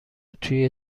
توی